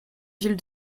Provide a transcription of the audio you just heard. ville